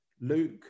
Luke